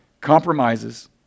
compromises